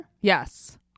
Yes